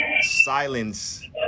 silence